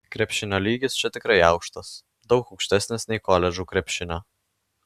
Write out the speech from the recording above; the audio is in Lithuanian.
krepšinio lygis čia tikrai aukštas daug aukštesnis nei koledžų krepšinio